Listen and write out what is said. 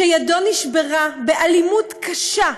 שידו נשברה באלימות קשה,